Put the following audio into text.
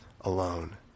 alone